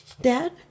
Dad